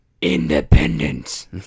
independence